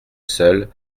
seul